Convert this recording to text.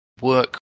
work